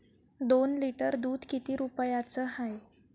दोन लिटर दुध किती रुप्याचं हाये?